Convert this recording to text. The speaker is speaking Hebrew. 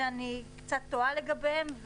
שאני קצת תוהה לגביהם,